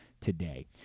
today